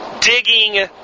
digging